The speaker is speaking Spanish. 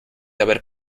haber